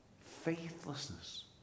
faithlessness